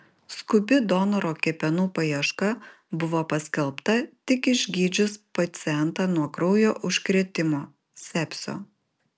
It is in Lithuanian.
skubi donoro kepenų paieška buvo paskelbta tik išgydžius pacientą nuo kraujo užkrėtimo sepsio